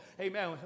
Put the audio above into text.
amen